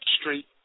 Street